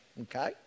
Okay